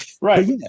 right